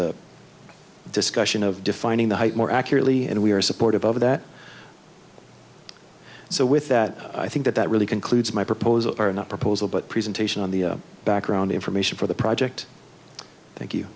a discussion of defining the more accurately and we are supportive of that so with that i think that that really concludes my proposal or another proposal but presentation on the background information for the project thank you